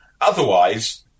Otherwise